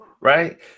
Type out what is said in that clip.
right